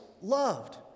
loved